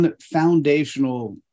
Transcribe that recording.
foundational